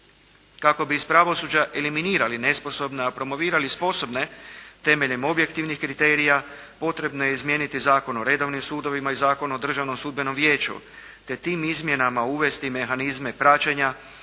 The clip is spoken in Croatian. Kako bi iz pravosuđa eliminirali nesposobne, a promovirali sposobne temeljem objektivnih kriterija potrebno je izmijeniti Zakon o redovnim sudovima i Zakon o državnom sudbenom vijeću, te tim izmjenama uvesti mehanizme praćenja